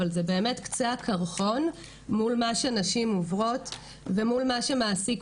אבל זה באמת קצה הקרחון מול מה שנשים עוברות ומול מה שמעסיק